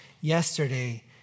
yesterday